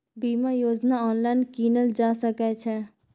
बीमा योजना ऑनलाइन कीनल जा सकै छै?